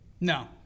No